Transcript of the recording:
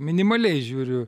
minimaliai žiūriu